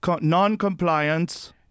non-compliance